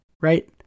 right